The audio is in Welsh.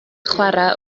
chwarae